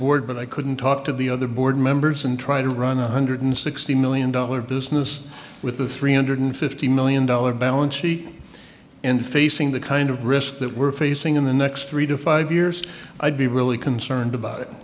board but i couldn't talk to the other board members and try to run one hundred sixty million dollar business with a three hundred fifty million dollars balance sheet and facing the kind of risk that we're facing in the next three to five years i'd be really concerned about it